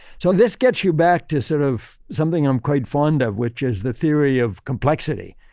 so, this gets you back to sort of something i'm quite fond of, which is the theory of complexity.